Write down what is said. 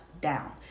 down